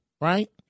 right